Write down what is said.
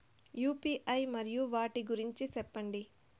UPI మరియు వాటి గురించి సెప్పండి?